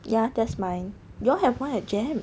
ya that's mine you all have one at jem